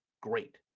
Great